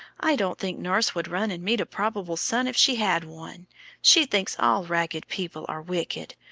i don't think nurse would run and meet a probable son if she had one she thinks all ragged people are wicked.